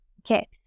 Okay